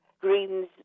greens